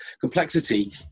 complexity